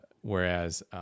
whereas